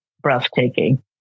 breathtaking